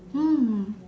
mm